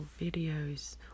videos